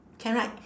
can right